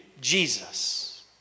Jesus